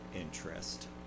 interest